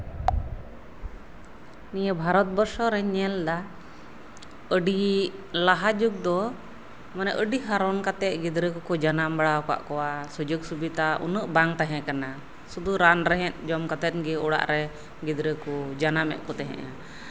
ᱱᱤᱭᱟᱹ ᱵᱷᱟᱨᱚᱛ ᱵᱚᱨᱥᱚ ᱨᱤᱧ ᱧᱮᱞᱫᱟ ᱟᱹᱰᱤ ᱞᱟᱦᱟ ᱡᱩᱜᱽ ᱫᱚ ᱟᱹᱰᱤ ᱦᱚᱨᱚᱱ ᱠᱟᱛᱮᱜ ᱜᱤᱫᱽᱨᱟᱹ ᱠᱚᱠᱚ ᱡᱟᱱᱟᱢ ᱵᱟᱲᱟ ᱠᱟᱜ ᱠᱚᱣᱟ ᱥᱩᱡᱳᱜᱽ ᱥᱩᱵᱤᱫᱷᱟ ᱩᱱᱟᱹᱜ ᱵᱟᱝ ᱛᱟᱦᱮᱸ ᱠᱟᱱᱟ ᱨᱟᱱ ᱨᱮᱦᱮᱫ ᱡᱚᱢ ᱠᱟᱛᱮᱜ ᱜᱮ ᱚᱲᱟᱜ ᱨᱮ ᱜᱤᱫᱽᱨᱟᱹ ᱠᱚ ᱡᱟᱱᱟᱢᱮᱜ ᱠᱚ ᱛᱟᱦᱮᱸᱜ